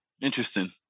Interesting